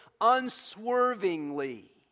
unswervingly